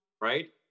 right